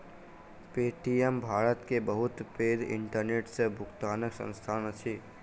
Paytm Bharat के बहुत पैघ इंटरनेट सॅ भुगतनाक संस्थान अछि